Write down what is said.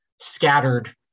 scattered